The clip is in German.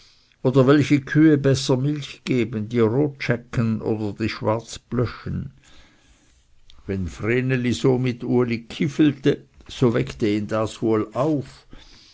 oder welche kühe besser milch geben die rotschäcken oder die schwarzblöschen wenn vreneli so mit uli kifelte so weckte das ihn wohl auf